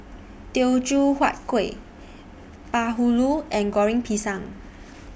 Teochew Huat Kuih Bahulu and Goreng Pisang